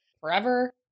forever